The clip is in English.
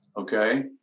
okay